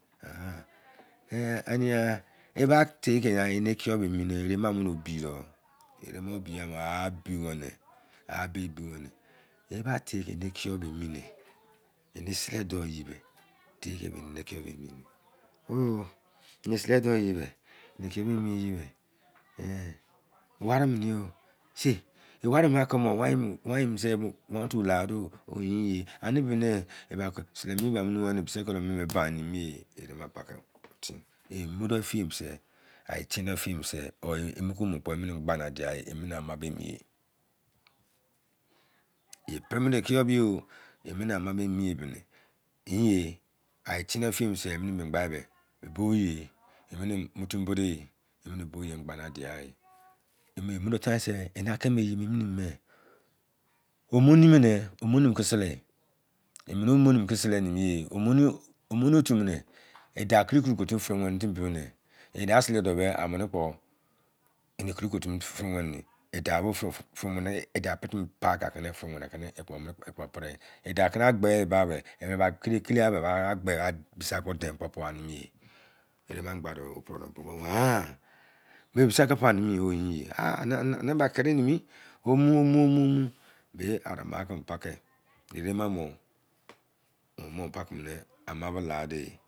E ba tie kị eni ekiyou eni yan? Ete ma mini o bi dọ. Erema o bidọ. Ah abiweni, eba tie ki enị ekiyou ba emi ni. Eni sele dọ eyi be? Tie kị be mi eni ekiyon be emi ne? O eni sele dou yi eyi be, eni ekiyou be emi ye be wari mini yo. se ị. E wari mini aki bọ kiri kọ eyi mịni won-otu la dọ. I iyinye. Ani bịbị ni e sele mọ ye e ba mọ numughan ne. e bịsị ye ki duo be emi bain nimi on ere ma paki o tin: e mu de efiye mọ se, a e tin dọ efiye mose, or e mu ki mu kpo, emini gba ni a dia e, emin i ama ba emi ye ye pri mini ekyou bi yo. Emini ama be emi ye bịnị. yinye a-e tin dọ efiye mose emịnị me mgbai be, e bo yi. Emini mu timi bo dee. Emini bo yi emọ gba na dia e. E mie dọ tain se ena ki me eyi emo nemi me? Omoni mini. Omoni mini ki sele e. E mini omoni mini ki sele nịmị e. Omoni-otu mini i dau kiri konu ka fịrị wenị. E dau fịmu ne me. E dau ko timi paa kọ firị weni aki pei, e dau akina agbe yi pa be, kele-kele e ba gbe bịsị bra deịn kpọ pụa ye. Erema gha nọ pri dọ. Ahn i. Be bịsị bra ki pala nimi? O yinye. Ania kịrị nịmị whọ mu- wo mu, wo mu. Be ari maa kimi paki, erema mọ o mọnọ paki mu ama ka de.